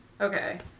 Okay